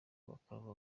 bakava